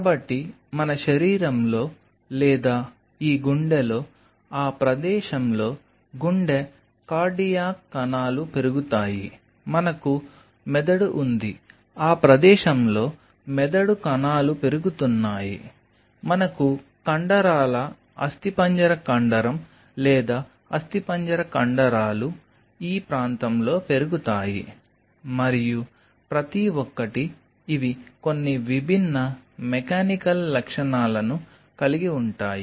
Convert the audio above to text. కాబట్టి మన శరీరంలో లేదా ఈ గుండెలో ఆ ప్రదేశంలో గుండె కార్డియాక్ కణాలు పెరుగుతాయి మనకు మెదడు ఉంది ఆ ప్రదేశంలో మెదడు కణాలు పెరుగుతున్నాయి మనకు కండరాల అస్థిపంజర కండరం లేదా అస్థిపంజర కండరాలు ఈ ప్రాంతంలో పెరుగుతాయి మరియు ప్రతి ఒక్కటి ఇవి కొన్ని విభిన్న మెకానికల్ లక్షణాలను కలిగి ఉంటాయి